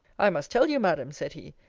i must tell you, madam, said he,